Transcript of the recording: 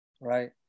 right